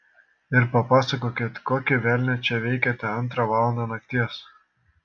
ir papasakokit kokį velnią čia veikiate antrą valandą nakties